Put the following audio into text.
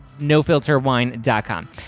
NoFilterWine.com